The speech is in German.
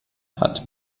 hat